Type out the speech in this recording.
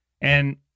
And-